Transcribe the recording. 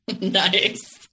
Nice